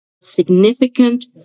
significant